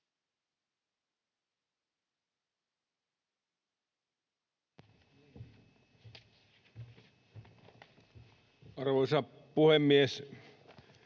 Arvoisa puhemies!